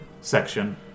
section